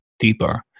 deeper